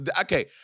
Okay